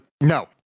No